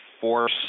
force